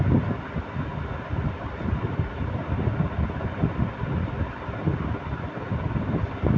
खाता के मोबाइल से जोड़ी के केना हम्मय खाता के बारे मे जानकारी प्राप्त करबे?